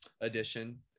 edition